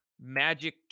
magic